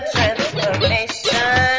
Transformation